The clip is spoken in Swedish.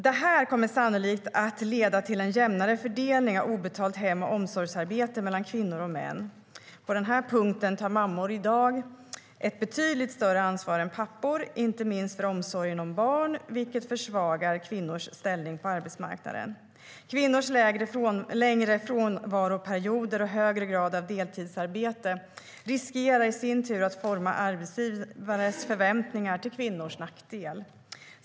Detta kommer sannolikt att leda till en jämnare fördelning av obetalt hem och omsorgsarbete mellan kvinnor och män. På denna punkt tar mammor i dag ett betydligt större ansvar än pappor, inte minst för omsorgen om barn, vilket försvagar kvinnors ställning på arbetsmarknaden. Kvinnors längre frånvaroperioder och högre grad av deltidsarbete riskerar i sin tur att forma arbetsgivares förväntningar till kvinnors nackdel.